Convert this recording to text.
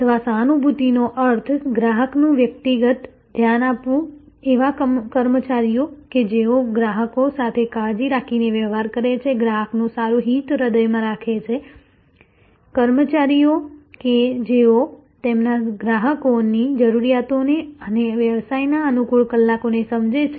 અથવા સહાનુભૂતિનો અર્થ ગ્રાહકનું વ્યક્તિગત ધ્યાન આપવું એવા કર્મચારીઓ કે જેઓ ગ્રાહકો સાથે કાળજી રાખીને વ્યવહાર કરે છે ગ્રાહકનું સારું હિત હૃદયમાં રાખે છે કર્મચારીઓ કે જેઓ તેમના ગ્રાહકોની જરૂરિયાતોને અને વ્યવસાયના અનુકૂળ કલાકો સમજે છે